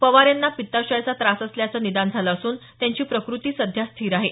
पवार यांना पित्ताशयाचा त्रास असल्याचं निदान झालं असून त्यांची प्रकृती सध्या स्थिर आहे